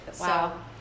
Wow